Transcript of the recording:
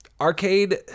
Arcade